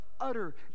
utter